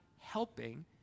helping